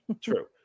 true